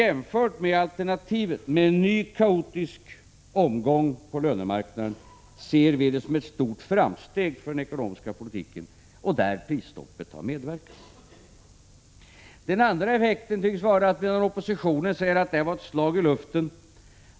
Jämfört med alternativet — en ny kaotisk omgång på lönemarknaden — ser vi det som ett stort framsteg för den ekonomiska politiken, och till det har prisstoppet medverkat. Oppositionen säger att det här var ett slag i luften.